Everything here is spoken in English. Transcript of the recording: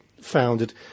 founded